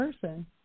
person